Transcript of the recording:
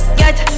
get